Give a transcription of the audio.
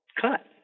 cut